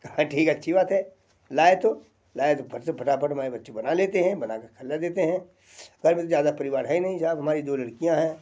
कहा ठीक है अच्छी बात है लाए तो लाए तो फट से फटाफट हमारे बच्चे बना लेते हैं बना कर खाना देते हैं घर में ज़्यादा परिवार है नहीं साब हमारी दो लड़कियाँ हैं